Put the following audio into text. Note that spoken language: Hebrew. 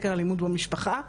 סקר אלימות במשפחה.